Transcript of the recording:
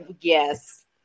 yes